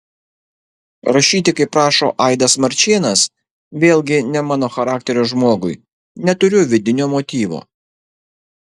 rašyti kaip rašo aidas marčėnas vėlgi ne mano charakterio žmogui neturiu vidinio motyvo